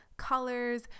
colors